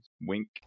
Wink